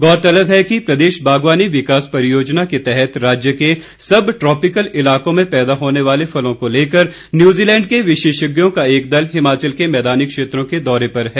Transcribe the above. गौरतलब है कि प्रदेश बागवानी विकास परियोजना के तहत राज्य के सबट्रॉपिकल इलाकों में पैदा होने वाले फलों को लेकर न्यूज़ीलैंड के विशेषज्ञों का एक दल हिमाचल के मैदानी क्षेत्रों के दौरे पर है